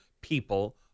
people